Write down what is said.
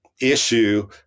issue